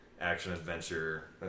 action-adventure